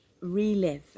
relive